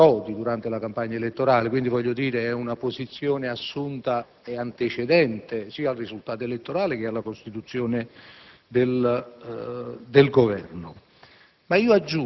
Prodi durante la campagna elettorale: si tratta quindi di una posizione assunta antecedentemente sia al risultato elettorale che alla costituzione del Governo.